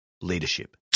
leadership